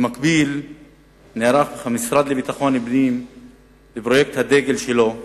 במקביל נערך המשרד לביטחון פנים לפרויקט הדגל שלו,